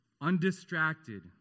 undistracted